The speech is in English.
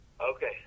Okay